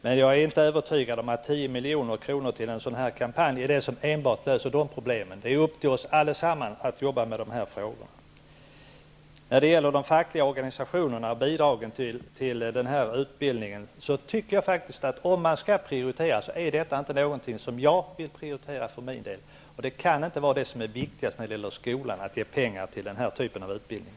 Men jag är inte övertygad om att enbart 10 milj.kr. till en sådan kampanj löser dessa problem. Det är upp till oss alla att jobba med dessa frågor. När det gäller de fackliga organisationerna och bidragen till denna utbildning, tycker jag faktiskt att om man skall prioritera är detta inte något som jag för min del vill prioritera. Det som är viktigast när det gäller skolan kan inte vara att ge pengar till denna typ av utbildning.